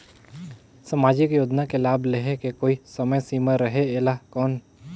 समाजिक योजना मे लाभ लहे के कोई समय सीमा रहे एला कौन?